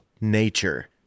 nature